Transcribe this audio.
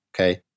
Okay